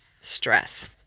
stress